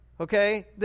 Okay